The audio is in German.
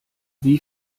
wie